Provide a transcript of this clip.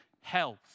health